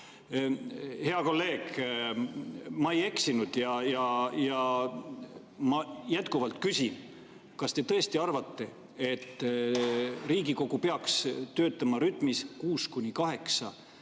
Hea kolleeg, ma ei eksinud ja ma jätkuvalt küsin, kas te tõesti arvate, et Riigikogu peaks töötama [sellises]